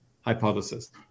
hypothesis